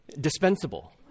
dispensable